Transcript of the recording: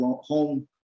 home